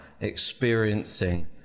experiencing